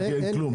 עירקי אין כלום,